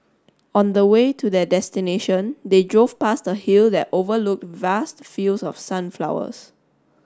on the way to their destination they drove past a hill that overlooked vast fields of sunflowers